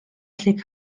allu